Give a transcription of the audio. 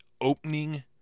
opening